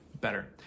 better